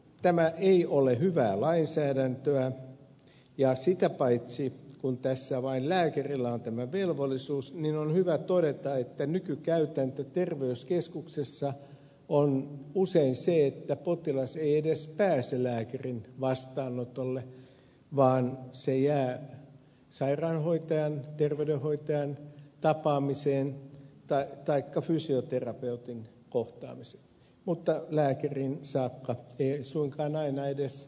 tämä ei ole hyvää lainsäädäntöä ja sitä paitsi kun tässä vain lääkärillä on tämä velvollisuus on hyvä todeta että nykykäytäntö terveyskeskuksessa on usein se että potilas ei edes pääse lääkärin vastaanotolle vaan se jää sairaanhoitajan terveydenhoitajan tapaamiseen taikka fysioterapeutin kohtaamiseen mutta lääkäriin saakka ei suinkaan aina edes nykykäytännössä ylletä